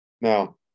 Now